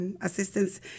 assistance